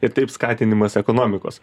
ir taip skatinimas ekonomikos